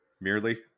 Merely